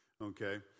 Okay